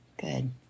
Good